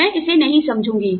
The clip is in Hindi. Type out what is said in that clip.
मैं इसे नहीं समझूंगी